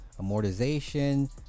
amortization